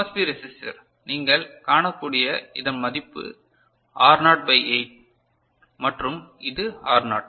B resistor நீங்கள் காணக்கூடியது இதன் மதிப்பு R நாட் பை 8 மற்றும் இது ஆர் நாட்